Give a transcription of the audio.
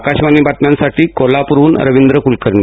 आकाशवाणी बातम्यांसाठी कोल्हापूरहून रविंद्र कुलकर्णी